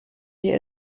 wir